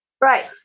Right